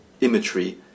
imagery